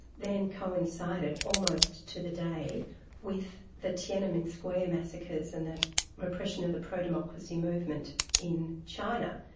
then coincided almost to the day with the tiananmen square massacres and the repression of the pro-democracy movement in china.